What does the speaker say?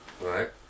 right